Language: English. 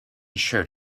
shirt